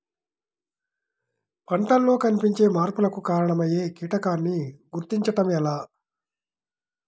పంటలలో కనిపించే మార్పులకు కారణమయ్యే కీటకాన్ని గుర్తుంచటం ఎలా?